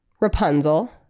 rapunzel